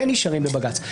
כן נשארים בבג"ץ.